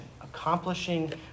accomplishing